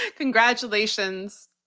ah congratulations,